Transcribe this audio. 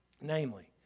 Namely